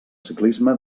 ciclisme